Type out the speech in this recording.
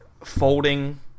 folding